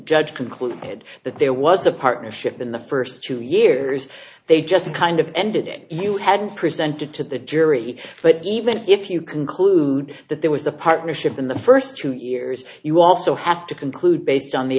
judge concluded that there was a partnership in the first two years they just kind of ended it you had presented to the jury but even if you conclude that there was a partnership in the first two years you also have to conclude based on the